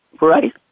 Right